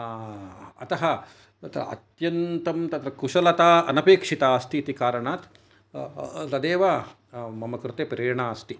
अतः तत् अत्यन्तं तत्र कुशलता अनपेक्षिता अस्ति इति कारणात् तदेव मम कृते प्रेरणा अस्ति